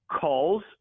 calls